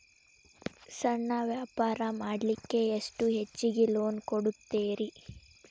ಸಣ್ಣ ವ್ಯಾಪಾರ ಮಾಡ್ಲಿಕ್ಕೆ ಎಷ್ಟು ಹೆಚ್ಚಿಗಿ ಲೋನ್ ಕೊಡುತ್ತೇರಿ?